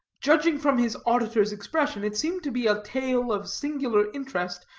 judging from his auditor's expression, it seemed to be a tale of singular interest,